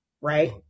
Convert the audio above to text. right